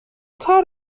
کار